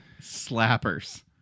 slappers